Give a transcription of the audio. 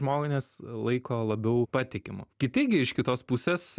žmones laiko labiau patikimu kiti gi iš kitos pusės